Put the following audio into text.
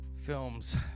films